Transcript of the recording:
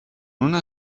una